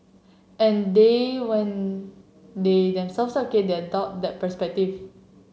and then when they themselves have kid they adopt that perspective